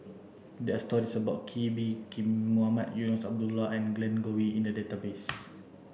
there are stories about Kee Bee Khim Mohamed Eunos Abdullah and Glen Goei in the database